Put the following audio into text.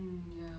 mm ya